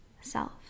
self